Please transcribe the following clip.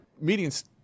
Meeting's